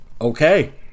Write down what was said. Okay